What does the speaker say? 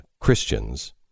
Christians